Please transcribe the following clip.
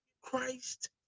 Christ